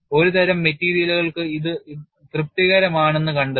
ഒരു തരം മെറ്റീരിയലുകൾക്ക് ഇത് തൃപ്തികരമാണെന്ന് കണ്ടെത്തി